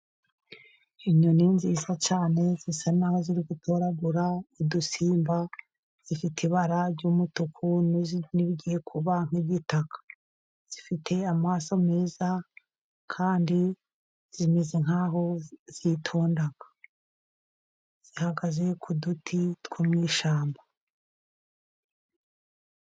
Inyoni nziza cyane zisa n'aho ziri gutoragura udusimba, zifite ibara ry'umutuku n'irigiye kuba nk'igitaka. Zifite amaso meza, kandi zimeze nk'aho zitonda, zihagaze ku duti two mu ishyamba.